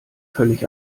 völlig